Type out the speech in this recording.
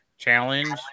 challenge